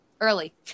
early